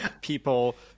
People